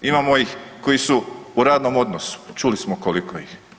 Imamo ih koji su u radnom odnosu, čuli smo koliko ih je.